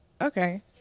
Okay